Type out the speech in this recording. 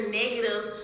negative